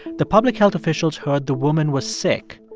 the public health officials heard the woman was sick,